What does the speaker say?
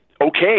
okay